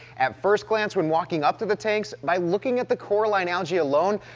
at first glance, when walking up to the tanks, by looking at the coralline algae alone,